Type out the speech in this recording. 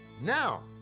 Now